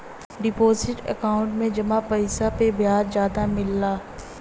deposit account में जमा पइसा पे ब्याज जादा मिलला